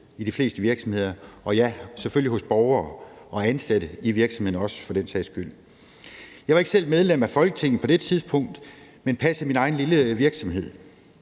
i de fleste virksomheder, og ja, selvfølgelig hos borgere og ansatte i virksomhederne også for den sags skyld. Jeg var ikke selv medlem af Folketinget på det tidspunkt, men passede min egen lille virksomhed.